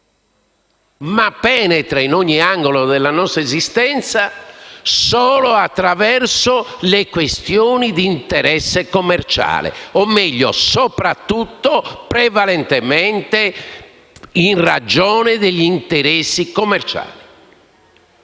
Penetra in ogni angolo della nostra esistenza, ma lo fa solo attraverso le questioni di interesse commerciale o meglio, soprattutto, prevalentemente in ragione degli interessi commerciali.